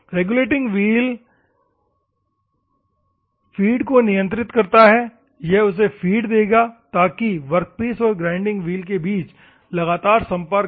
regulating wheel feed को नियंत्रित करता है यह उसे फ़ीड देगा ताकि वर्कपीस और ग्राइंडिंग व्हील के बीच लगातार संपर्क हो